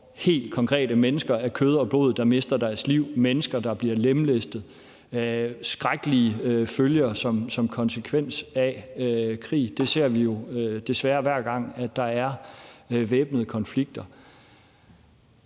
helt konkrete mennesker af kød og blod, der mister deres liv, mennesker, der bliver lemlæstet – skrækkelige følger som konsekvens af krig; det ser vi jo desværre, hver gang der er væbnet konflikt.